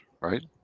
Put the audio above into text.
right